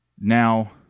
Now